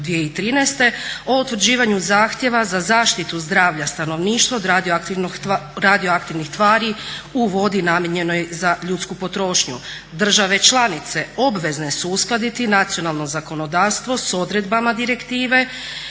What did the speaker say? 2013.o utvrđivanju zahtjeva za zaštitu zdravlja stanovništva od radioaktivnih tvari u vodi namijenjenoj za ljudsku potrošnju. Države članice obvezene su uskladiti nacionalno zakonodavstvo s odredbama direktive